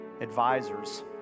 advisors